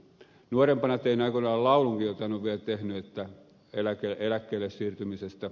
nuorempana tein aikoinaan laulunkin jota en ole vielä tehnyt eläkkeelle siirtymisestä